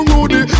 Rudy